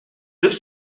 deux